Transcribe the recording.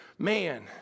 Man